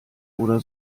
oder